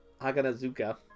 Haganazuka